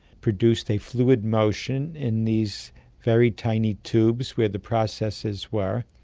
produced a fluid motion in these very tiny tubes where the processes were,